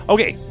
Okay